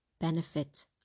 benefit